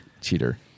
Cheater